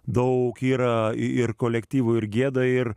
daug yra ir kolektyvų ir gieda ir